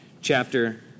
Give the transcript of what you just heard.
chapter